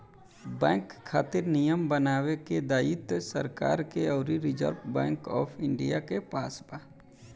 bank खातिर नियम बनावे के दायित्व सरकार के अउरी रिजर्व बैंक ऑफ इंडिया के पास बा